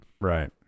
Right